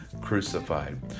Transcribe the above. crucified